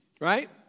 right